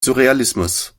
surrealismus